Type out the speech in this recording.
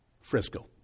Frisco